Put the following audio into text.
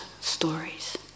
stories